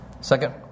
Second